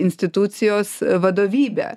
institucijos vadovybe